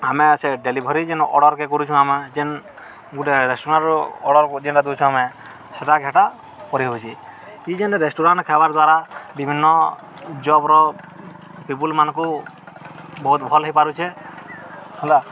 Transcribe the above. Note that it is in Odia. ଆମେ ସେ ଡ଼େଲିଭରି ଯେନ୍ ଅର୍ଡ଼ର୍କେ କରୁଛୁଁ ଆମେ ଯେନ୍ ଗୁଟେ ରେଷ୍ଟୁରାଣ୍ଟ୍ରୁ ଅର୍ଡ଼ର୍ ଯେନ୍ଟା ଦଉଛୁ ଆମେ ସେଟା ସେଟା କରିହେଉଛି ଇ ଯେନ୍ ରେଷ୍ଟୁରାଣ୍ଟ୍ ଖାଇବାର୍ ଦ୍ୱାରା ବିଭିନ୍ନ ଜବର ପିପୁଲ୍ମାନଙ୍କୁ ବହୁତ ଭଲ୍ ହୋଇପାରୁଛେ ହେଲା